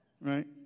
Right